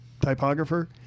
typographer